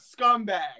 scumbag